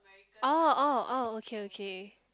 oh oh oh okay okay